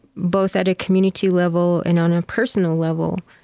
both at a community level and on a personal level,